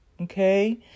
Okay